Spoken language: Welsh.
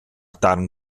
darn